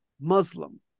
Muslim